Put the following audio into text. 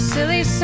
Silly